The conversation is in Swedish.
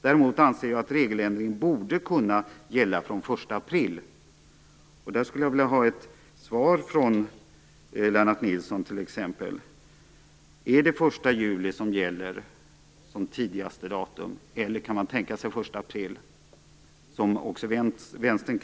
Däremot anser jag att regeländringen borde kunna gälla från den 1 april. Där skulle jag vilja ha ett svar från t.ex. Lennart Nilsson. Är det den 1 juli som gäller som tidigaste datum, eller kan man tänka sig den 1 april? Det kräver också Vänstern.